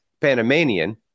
Panamanian